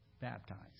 baptized